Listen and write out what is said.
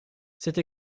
cette